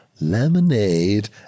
Lemonade